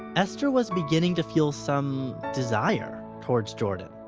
esther was beginning to feel some desire towards jordan.